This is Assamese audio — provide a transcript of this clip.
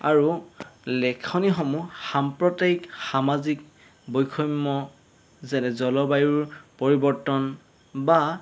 আৰু লেখনিসমূহ সাম্প্ৰতিক সামাজিক বৈষম্য যেনে জলবায়ুৰ পৰিৱৰ্তন বা